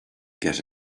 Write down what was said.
get